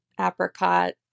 apricot